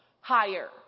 higher